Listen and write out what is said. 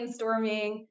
brainstorming